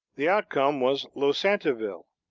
the outcome was losantiville,